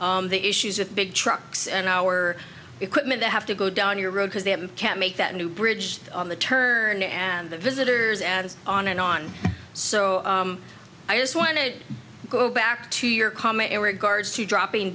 the issues with big trucks and our equipment they have to go down your road because they can't make that new bridge on the turn and the visitors and on and on so i just want to go back to your comment in regards to dropping